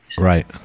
Right